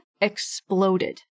exploded